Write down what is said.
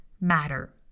matter